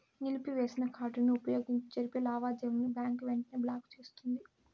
నిలిపివేసిన కార్డుని వుపయోగించి జరిపే లావాదేవీలని బ్యాంకు వెంటనే బ్లాకు చేస్తుంది